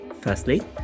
firstly